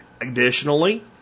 Additionally